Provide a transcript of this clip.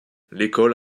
l’école